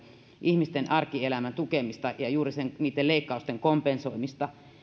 ihmisten arkielämän tukemista ja juuri niitten leikkausten kompensoimista